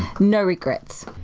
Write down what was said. no regrets.